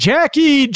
Jackie